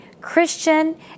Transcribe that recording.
Christian